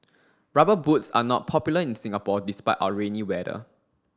rubber boots are not popular in Singapore despite our rainy weather